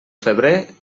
febrer